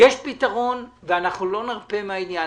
יש פתרון, ואנחנו לא נרפה מהעניין.